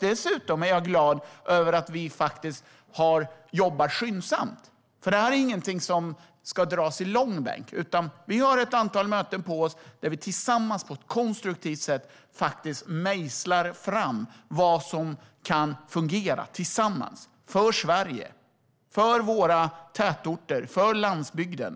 Dessutom är jag glad över att vi faktiskt jobbar skyndsamt. Detta är nämligen ingenting som ska dras i långbänk, utan vi har ett antal möten på oss då vi på ett konstruktivt sätt mejslar fram vad som kan fungera - tillsammans, för Sverige. Det gör vi för våra tätorter och för landsbygden.